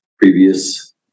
previous